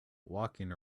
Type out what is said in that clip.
walking